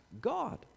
God